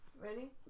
Ready